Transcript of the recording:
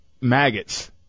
maggots